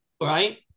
right